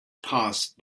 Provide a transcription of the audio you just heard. passed